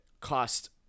cost